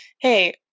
Hey